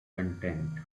content